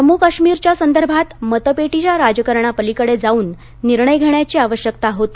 जम्मू काश्मीर च्या संदर्भात मतपेटीच्या राजकारणापलीकडे जाऊन निर्णय घेण्याची आवश्यकता होती